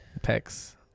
Pecs